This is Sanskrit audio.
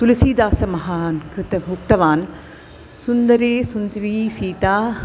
तुलसीदासः महान् कृतः उक्तवान् सुन्दरी सुन्दरी सीता